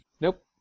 Nope